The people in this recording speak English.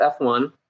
F1